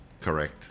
Correct